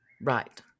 Right